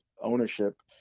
ownership